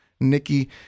Nikki